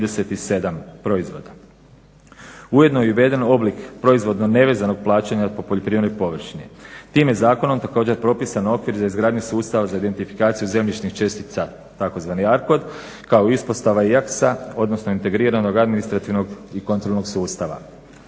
Ujedno je uveden i oblik proizvodno nevezanog plaćanja po poljoprivrednoj površini. Tim je zakonom također propisan okvir za izgradnju sustava za identifikaciju zemljišnih čestica tzv. ARKOD kao i uspostava IAKSA, odnosno integriranog administrativnog i kontrolnog sustava.